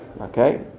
Okay